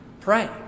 Pray